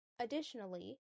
Additionally